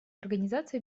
организации